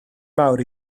mawr